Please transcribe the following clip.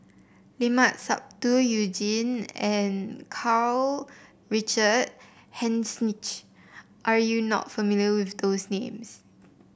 Limat Sabtu You Jin and Karl Richard Hanitsch are you not familiar with those names